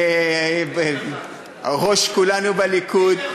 ראש כולנו בליכוד.